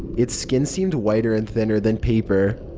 it's skin seemed whiter and thinner than paper,